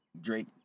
Drake